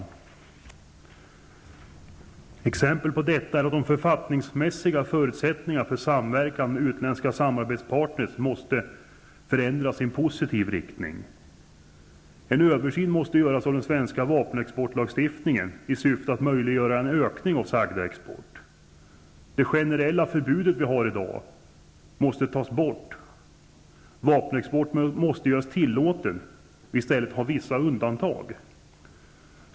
Som exempel kan nämnas att de författningsmässiga förutsättningarna för samverkan med utländska samarbetspartner måste förändras i positiv riktning. Det måste göras en översyn av den svenska vapenexportlagstiftningen i syfte att möjliggöra en ökning av sagda export. Det generella förbud som finns i dag måste tas bort. Vapenexport måste göras tillåten, och i stället bör man införa vissa undantagsregler.